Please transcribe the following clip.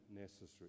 necessary